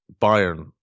Bayern